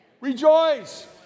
rejoice